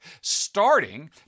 Starting